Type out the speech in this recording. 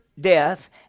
death